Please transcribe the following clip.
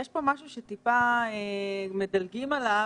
יש כאן משהו שקצת מדלגים עליו.